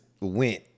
went